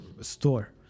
store